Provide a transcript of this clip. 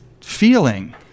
feeling